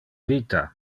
vita